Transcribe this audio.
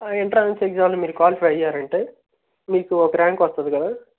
ఆ entrance exams మీరు qualify అయ్యారంటే మీకు ఒక ర్యాంక్ వస్తుంది కదా